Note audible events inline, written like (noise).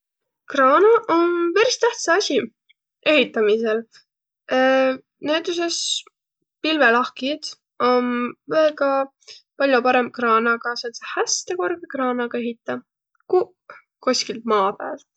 Kraana om peris tähtsä asi ehitämisel. (hesitation) näütüses pilvelahkjit om väega pall'o parõmb kraanaga, säändse häste korgõ kraanaga ehitäq, kuq koskilt maa päält.